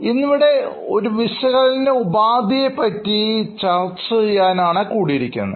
ഇന്നിവിടെ ഒരു വിശകലന ഉപാധിയെ പറ്റി ചർച്ച ചെയ്യാനാണ് കൂടിയിരിക്കുന്നത്